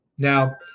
Now